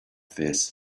face